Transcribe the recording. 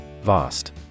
Vast